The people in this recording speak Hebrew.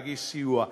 להגיש סיוע.